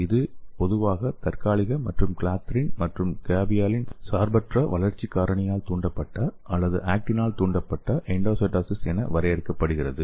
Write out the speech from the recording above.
இது பொதுவாக தற்காலிக மற்றும் கிளாத்ரின் மற்றும் கேவியோலின் சார்பற்ற வளர்ச்சி காரணியால் தூண்டப்பட்ட அல்லது ஆக்டினால் தூண்டப்பட்ட எண்டோசைட்டோசிஸ் என வரையறுக்கப்படுகிறது